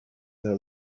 their